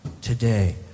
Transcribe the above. today